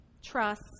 trust